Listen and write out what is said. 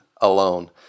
alone